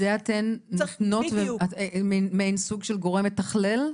ואת זה אתן נותנות, מעין סוג של גורם מתכלל?